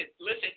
listen